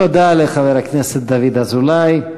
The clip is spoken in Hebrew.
תודה לחבר הכנסת דוד אזולאי.